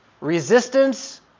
Resistance